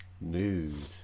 news